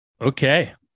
Okay